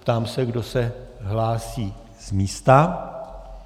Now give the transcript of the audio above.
Ptám se, kdo se hlásí z místa.